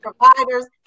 providers